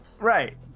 Right